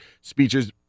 speeches